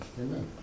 amen